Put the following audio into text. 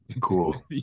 Cool